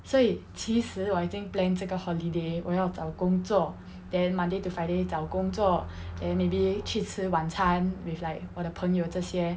所以其实我已经 plan 这个 holiday 我要找工作 then monday to friday 找工作 then maybe 去吃晚餐 with like 我的朋友这些